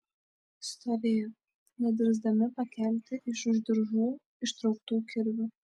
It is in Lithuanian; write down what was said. stovėjo nedrįsdami pakelti iš už diržų ištrauktų kirvių